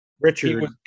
Richard